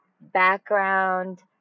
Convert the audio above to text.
background